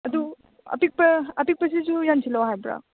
ꯑꯗꯨ ꯑꯄꯤꯛꯄ ꯑꯄꯤꯛꯄꯁꯤꯁꯨ ꯌꯥꯟꯁꯤꯜꯂꯛꯑꯣ ꯍꯥꯏꯕ꯭ꯔꯣ